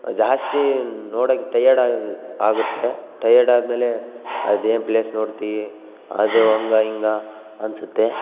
ಜಾಸ್ತಿ ನೋಡೋಕ್ ಟಯರ್ಡ್ ಆಗು ಆಗುತ್ತೆ ಟಯರ್ಡ್ ಆದಮೇಲೆ ಅದು ಏನು ಪ್ಲೇಸ್ ನೋಡ್ತಿ ಅದು ಹಂಗ ಹಿಂಗ ಅನಿಸುತ್ತೆ